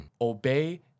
Obey